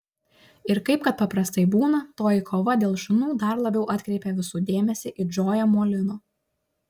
ir kaip kad paprastai būna toji kova dėl šunų dar labiau atkreipė visų dėmesį į džoją molino